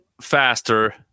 faster